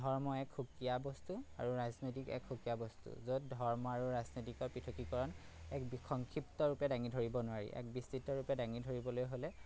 ধৰ্ম এক সুকীয়া বস্তু আৰু ৰাজনৈতিক এক সুকীয়া বস্তু য'ত ধৰ্ম আৰু ৰাজনীতিকৰ পৃথকীকৰণ এক বিসংক্ষিপ্তৰূপে দাঙি ধৰিব নোৱাৰি এক বিস্তৃত ৰূপে দাঙি ধৰিবলৈ হ'লে